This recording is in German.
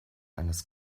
eines